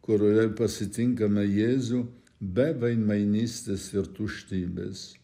kurioje pasitinkame jėzų be veidmainystės ir tuštybės